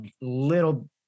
little